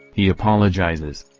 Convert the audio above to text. he apologizes,